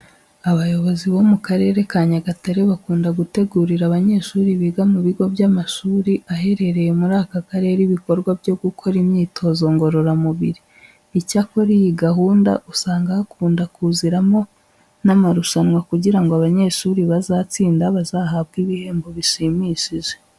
Abayobozi bo mu Karere ka Nyagatare bakunda gutegurira abanyeshuri biga mu bigo by'amashuri aherereye muri aka karere ibikorwa byo gukora imyitozo ngororamubiri. Icyakora iyi gahunda usanga hakunda kuziramo n'amarushanwa kugira ngo abanyeshuri bazatsinda bazahabwe ibihembo bishimishije.